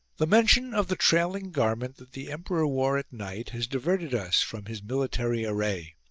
the mention of the trailing garment that the emperor wore at night has diverted us from his military array.